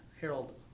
Harold